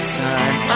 time